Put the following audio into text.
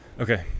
Okay